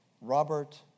Robert